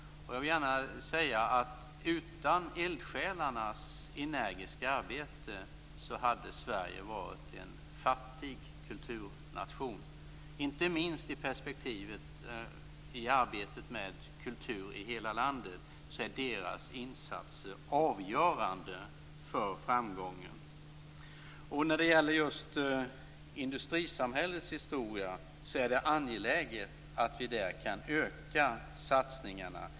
Jag vill gärna säga att utan eldsjälarnas energiska arbete hade Sverige varit en fattig kulturnation. Inte minst är deras insatser i arbetet med Kultur i hela landet avgörande för framgången. När det gäller just industrisamhällets historia är det angeläget att vi kan öka satsningarna.